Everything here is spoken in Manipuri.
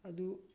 ꯑꯗꯨ